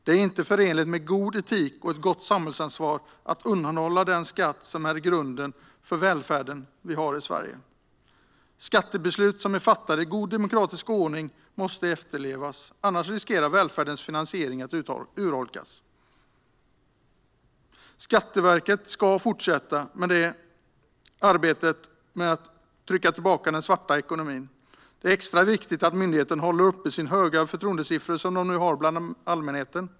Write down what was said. Det är inte förenligt med god etik och ett gott samhällsansvar att undanhålla den skatt som är grunden för den välfärd vi har i Sverige. Skattebeslut som är fattade i god demokratisk ordning måste efterlevas. Annars riskerar välfärdens finansiering att urholkas. Skatteverket ska fortsätta arbetet med att trycka tillbaka den svarta ekonomin. Det är extra viktigt att myndigheten upprätthåller sina höga förtroendesiffror bland allmänheten.